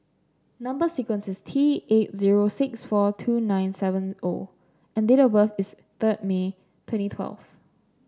number sequence is T eight zero six four two nine seven O and date of birth is third May twenty twelve